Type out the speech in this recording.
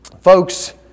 Folks